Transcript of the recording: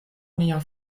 nia